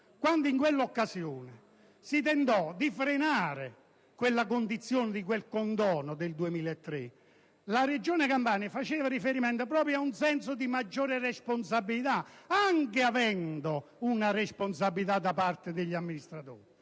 quando in quell'occasione si tentò di frenare quel condono del 2003, la Regione Campania faceva riferimento proprio ad un senso di maggiore responsabilità, anche essendoci una responsabilità da parte degli amministratori,